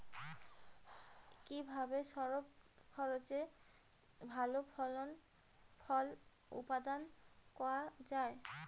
কিভাবে স্বল্প খরচে ভালো ফল উৎপাদন করা যায়?